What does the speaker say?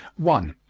one.